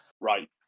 Right